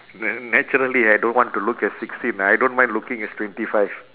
then naturally I don't want to look as sixteen I don't mind looking as twenty five